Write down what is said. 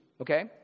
Okay